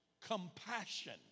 compassion